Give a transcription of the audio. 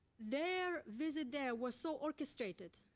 their visit there was so orchestrated,